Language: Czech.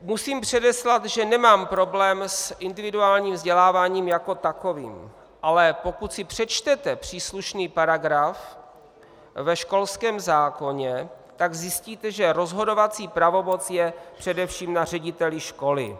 Musím předeslat, že nemám problém s individuálním vzděláváním jako takovým, ale pokud si přečtete příslušný paragraf ve školském zákoně, tak zjistíte, že rozhodovací pravomoc je především na řediteli školy.